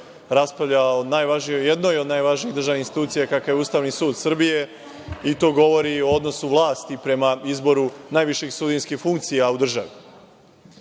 raspravlja o jednoj od najvažnijih državnih institucija kakav je USS i to govori o odnosu vlasti prema izboru najviših sudijskih funkcija u državi. Očito